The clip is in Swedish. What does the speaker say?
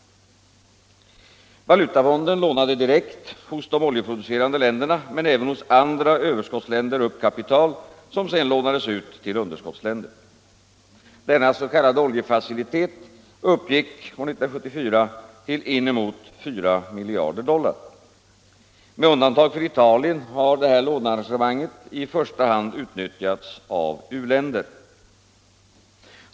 Valutafonden lånade direkt hos de oljeproducerande länderna men även hos andra överskottsländer upp kapital som sedan lånades ut till underskottsländer. Denna s.k. oljefacilitet uppgick år 1974 till inemot 4 miljarder dollar. Med undantag för Italien har detta lånearrangemang i första hand utnyttjats av u-länder.